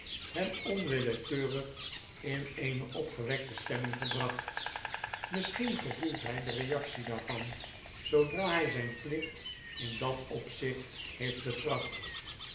hem onwillekeurig in eene opgewekte stemming gebracht misschien gevoelt hij de reactie daarvan zoodra hy zynplichtin dat opzicht heeft betracht